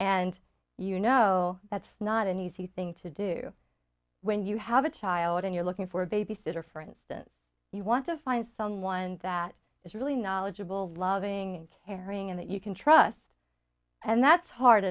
and you know that's not an easy thing to do when you have a child and you're looking for a babysitter for instance you want to find someone that is really knowledgeable loving and caring and that you can trust and that's hard